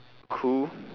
cool